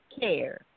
care